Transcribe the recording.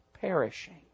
perishing